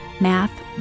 math